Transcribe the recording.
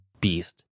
beast